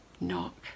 Knock